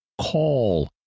call